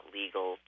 legal